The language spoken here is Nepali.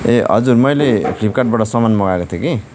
ए हजुर मैले फ्लिपकार्टबाट सामान मगाएको थिएँ कि